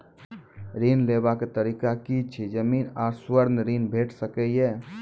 ऋण लेवाक तरीका की ऐछि? जमीन आ स्वर्ण ऋण भेट सकै ये?